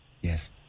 Yes